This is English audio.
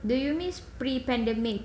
do you miss pre-pandemic